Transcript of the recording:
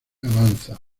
avanza